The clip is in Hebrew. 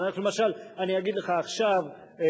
למשל, אני אגיד לך, דרך אגב,